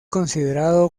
considerado